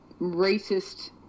racist